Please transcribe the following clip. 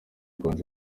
konji